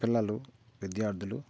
పిల్లలు విద్యార్థులు